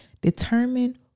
determine